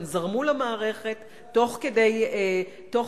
הן זרמו למערכת תוך כדי שידור,